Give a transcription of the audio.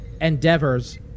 endeavors